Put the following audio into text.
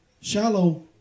shallow